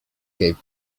gave